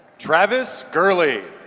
travis gurley